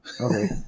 Okay